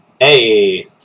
Hey